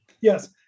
Yes